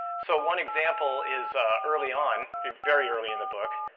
so one example is early on. very early in the book,